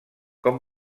com